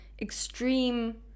extreme